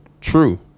true